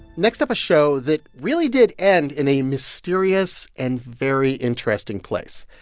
next up, a show that really did end in a mysterious and very interesting place.